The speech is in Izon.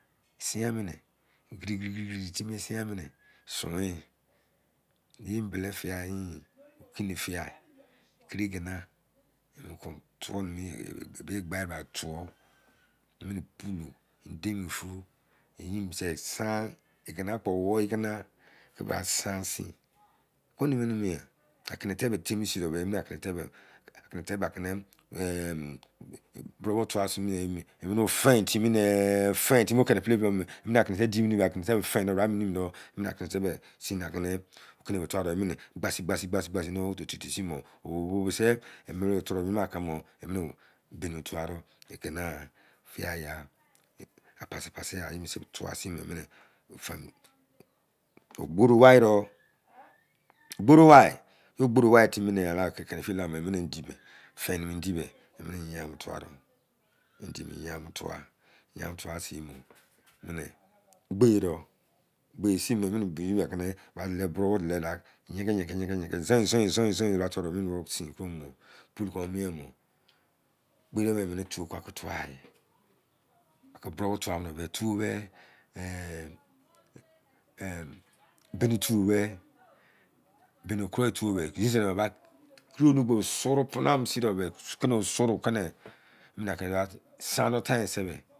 Esinyain minigiri-giri, giri-giri tibi esimu ami mini soin yi. be embele fiyai yin okine fiyai firi iyena kọn tuo nimi ibe gba yi bra tuo emini pulou indemefu eyi mise san egena kpọ ọwoụ egena ki bra san sin. Ekpo numu ghan nimi. Akenete be temi sin do be emini akenete be kon burọụ bea tua sin bo emini o fien timi ne fein timi bo keni bra pa mo akenete feine bra pua do be emini akenete ko okine o tua gbasi gbasi gbasi gbasi oti to sin bo emini beni tua do. Bike napha endi be yainmo tua gboro wai bge do. Aki burou ba tua yi efiye be emini tụọ tua yi